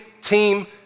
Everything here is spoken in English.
team